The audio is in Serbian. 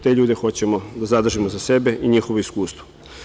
Te ljude hoćemo da zadržimo za sebe i njihovo iskustvo.